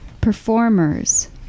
performers